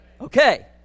Okay